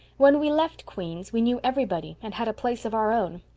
when we left queen's we knew everybody and had a place of our own.